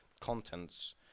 contents